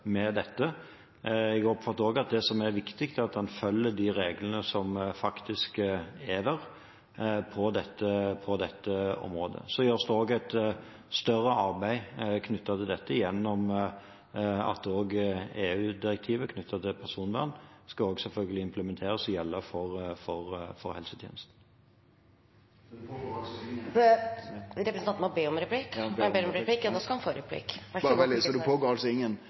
med dette. Jeg oppfatter også at det som er viktig, er at en følger de reglene som faktisk er der på dette området. Det gjøres også et større arbeid knyttet til dette gjennom at også EU-direktivet som gjelder personvern, selvfølgelig skal implementeres og gjelde for helsetjenesten. Så det pågår altså ikkje noko nasjonalt arbeid for å etablere nasjonale reglar for